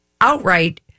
outright